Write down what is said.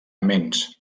aments